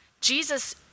Jesus